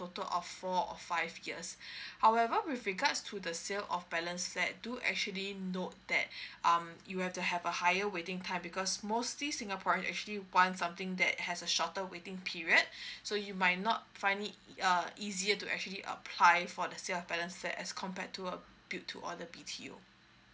total of four or five years however with regards to the sale of balance flat do actually note that um you have to have a higher waiting time because mostly singaporean actually want something that has a shorter waiting period so you might not find it uh easier to actually apply for the sale of balance flats as compared to a build to order B_T_O